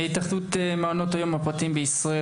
התאחדות מעונות היום הפרטיים בישראל,